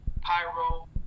Pyro